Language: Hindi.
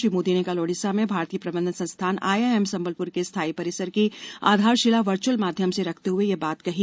श्री मोदी ने कल ओडिसा में भारतीय प्रबंधन संस्थान आईआईएम संबलपूर के स्थायी परिसर की आधारशिला वर्चुअल माध्यम से रखते हुए यह बात कही